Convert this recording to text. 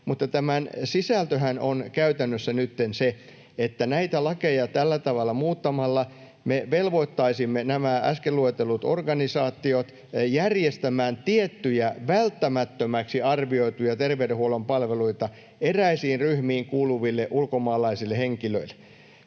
tämän sisältöhän on käytännössä nytten se, että näitä lakeja tällä tavalla muuttamalla me velvoittaisimme nämä äsken luetellut organisaatiot järjestämään tiettyjä välttämättömäksi arvioituja terveydenhuollon palveluita eräisiin ryhmiin kuuluville ulkomaalaisille henkilöille.